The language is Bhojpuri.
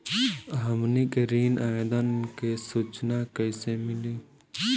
हमनी के ऋण आवेदन के सूचना कैसे मिली?